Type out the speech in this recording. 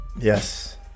Yes